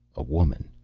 a woman.